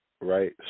right